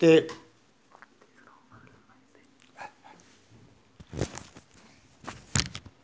ते